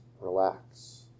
relax